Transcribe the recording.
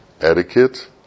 etiquette